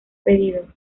pedido